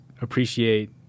appreciate